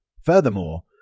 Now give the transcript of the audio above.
Furthermore